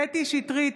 שטרית,